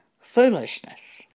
foolishness